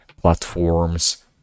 platforms